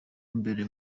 mbere